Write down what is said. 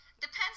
depends